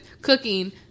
cooking